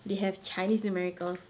they have chinese numericals